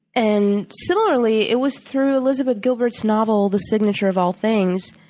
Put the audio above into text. and, similarly, it was through elizabeth gilbert's novel, the signature of all things,